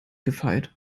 gefeit